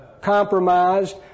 compromised